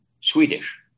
Swedish